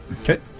Okay